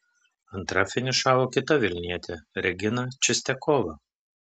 antra finišavo kita vilnietė regina čistiakova